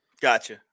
Gotcha